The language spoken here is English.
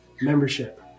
membership